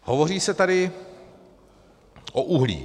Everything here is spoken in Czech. Hovoří se tady o uhlí.